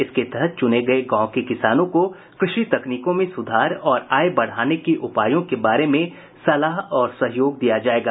इसके तहत चुने गये गांवों के किसानों को कृषि तकनीकों में सुधार और आय बढ़ाने के उपायों के बारे में सलाह और सहयोग दिया जाएगा